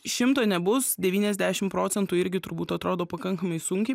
šimto nebus devyniasdešimt procentų irgi turbūt atrodo pakankamai sunkiai